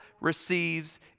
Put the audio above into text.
receives